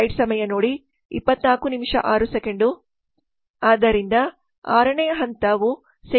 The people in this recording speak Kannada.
ಆದ್ದರಿಂದ ಆರನೇ ಹಂತವು ಸೇವಾ ಅಭಿವೃದ್ಧಿ ಮತ್ತು ಪರೀಕ್ಷೆಯ ಹಂತವಾಗಿದೆ